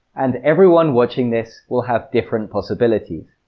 and everyone watching this will have different possibilities.